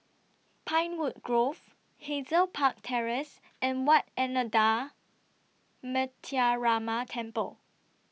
Pinewood Grove Hazel Park Terrace and Wat Ananda Metyarama Temple